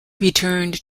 returned